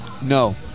No